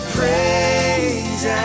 Praise